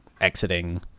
exiting